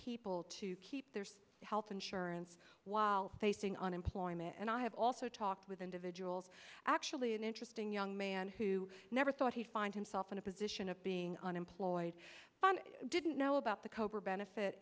people to keep their health insurance while facing unemployment and i have also talked with individuals actually an interesting young man who never thought he'd find himself in a position of being unemployed didn't know about the cobra benefit